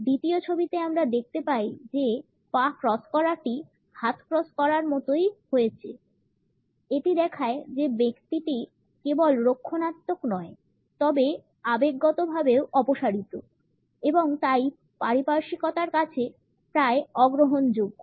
দ্বিতীয় ছবিতে আমরা দেখতে পাই যে পা ক্রস করাটি হাত ক্রস করার মতই করা হয়েছে এটি দেখায় যে ব্যক্তিটি কেবল রক্ষণাত্মক নয় তবে আবেগগতভাবেও অপসারিত এবং তাই পারিপার্শ্বিকতার কাছে প্রায় অগ্রহণযোগ্য